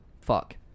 fuck